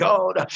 God